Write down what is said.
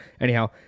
Anyhow